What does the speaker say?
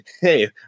hey